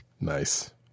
Nice